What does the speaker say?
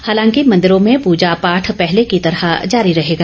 हालांकि मंदिरों में पूजा पाठ पहले की तरह जारी रहेगा